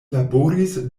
laboris